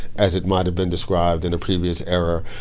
as it might have been described in a previous era,